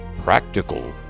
practical